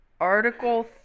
article